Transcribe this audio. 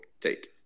take